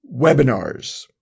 webinars